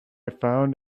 found